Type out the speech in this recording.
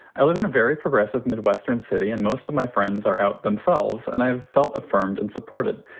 i live in a very progressive midwestern city and most of my friends are out themselves and i have felt affirmed and supported,